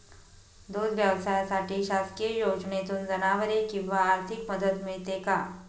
दूध व्यवसायासाठी शासकीय योजनेतून जनावरे किंवा आर्थिक मदत मिळते का?